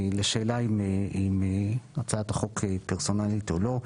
לשאלה אם הצעת החוק פרסונלית או לא,